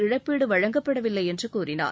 இழப்பீடு வழங்கப்படவில்லை என்று கூறினார்